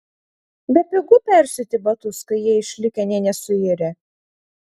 bepigu persiūti batus kai jie išlikę nė nesuirę